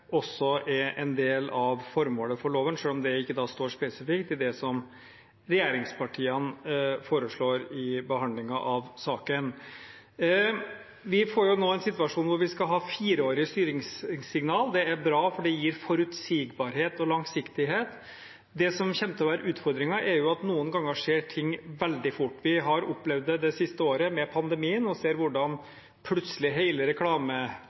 er en del av formålet for loven, selv om det ikke står spesifikt i det som regjeringspartiene foreslår i behandlingen av saken. Vi får nå en situasjon hvor vi skal ha fireårige styringssignaler. Det er bra, for det gir forutsigbarhet og langsiktighet. Det som kommer til å være utfordringen, er at noen ganger skjer ting veldig fort. Vi har opplevd det det siste året, med pandemien, og sett hvordan plutselig